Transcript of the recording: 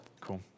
Cool